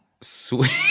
sweet